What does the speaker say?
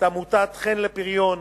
את עמותת "חן לפריון",